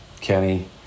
Kenny